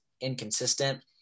inconsistent